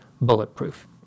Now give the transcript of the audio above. bulletproof